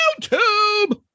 YouTube